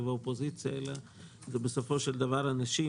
ואופוזיציה אלא זה בסופו של דבר אנשים,